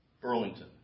Burlington